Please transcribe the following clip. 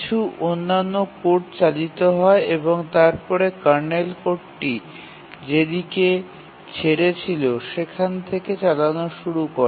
কিছু অন্যান্য কোড চালিত হয় এবং তারপরে কার্নেল কোডটি যেদিকে ছেড়েছিল সেখান থেকে চালানো শুরু করে